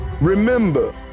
remember